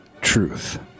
truth